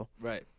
Right